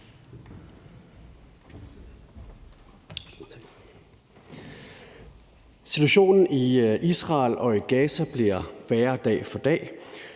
Situationen i Israel og i Gaza bliver værre dag for dag,